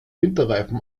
winterreifen